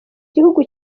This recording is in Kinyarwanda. gihugu